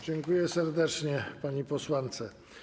Dziękuję serdecznie pani posłance.